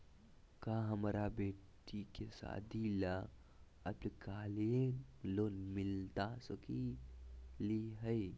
का हमरा बेटी के सादी ला अल्पकालिक लोन मिलता सकली हई?